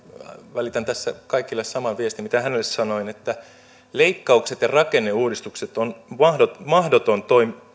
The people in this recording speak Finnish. välitän tässä kaikille saman viestin mitä hänelle sanoin että leikkaukset ja rakenneuudistukset on mahdoton